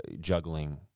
juggling